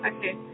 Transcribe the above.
Okay